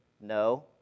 No